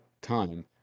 time